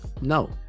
no